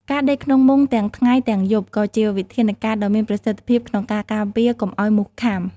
ការដេកក្នុងមុងទាំងថ្ងៃទាំងយប់ក៏ជាវិធានការដ៏មានប្រសិទ្ធភាពក្នុងការការពារកុំឲ្យមូសខាំ។